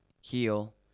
heal